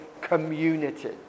community